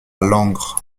langres